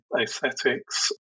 aesthetics